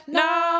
no